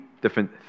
different